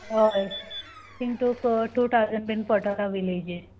हय तिंगा तुका टू थावजंड बीन पोडटोले विलेज